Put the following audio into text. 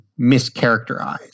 mischaracterized